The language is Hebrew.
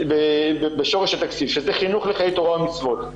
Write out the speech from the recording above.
בשורש התקציב: חינוך לחיי תורה ומצוות,